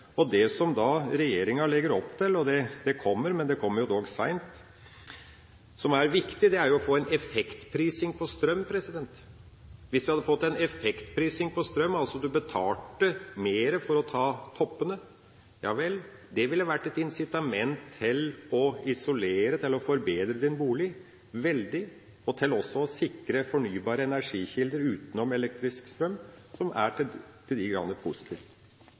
som da regjeringa legger opp til – det kommer, men det kommer dog seint – som er viktig, er en effektprising på strøm. Hvis vi hadde fått en effektprising på strøm, altså at man betalte mer for å ta toppene, ville det vært et insitament til å isolere og forbedre sin bolig og også til å sikre fornybare energikilder utenom elektrisk strøm – noe som er til de grader positivt.